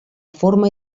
forma